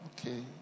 Okay